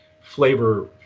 flavor